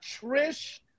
Trish